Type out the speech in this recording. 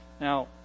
Now